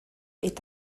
est